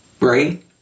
Right